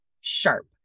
sharp